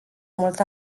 mult